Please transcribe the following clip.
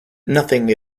nothing